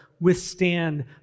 withstand